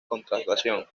contratación